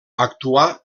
actuà